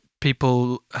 people